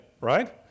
right